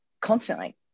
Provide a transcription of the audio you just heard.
constantly